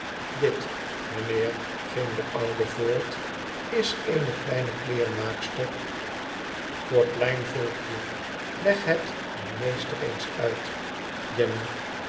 dit mijnheer ging de oude voort is eene kleine kleermaakster voor klem volkje leg het den meester eens uit jenny